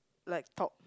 like top